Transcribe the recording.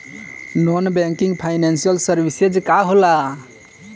Non banking financial services का होला?